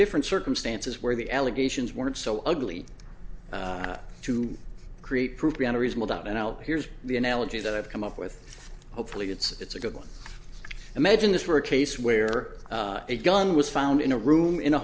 different circumstances where the allegations weren't so ugly to create proof beyond a reasonable doubt and i'll here's the analogy that i've come up with hopefully it's a good one imagine this were a case where a gun was found in a room in a